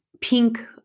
pink